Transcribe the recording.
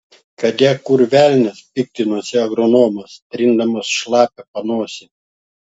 kad jas kur velnias piktinosi agronomas trindamas šlapią panosę